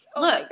Look